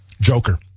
Joker